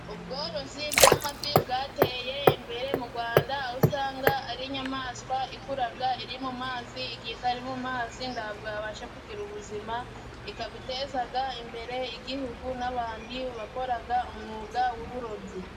Ubworozi bw'amafi bwateye imbere mu Rwanda, aho usanga ari inyamaswa ikura iri mu mazi, igihe itari mu mazi ntabwo yabasha kugira ubuzima, ikaba iteza imbere igihugu n'abandi bakora umwuga w'uburobyi.